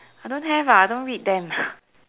I don't have ah I don't read them